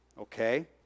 okay